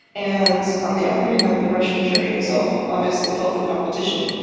and on the other hand, the russian church itself obviously felt the competition,